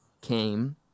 came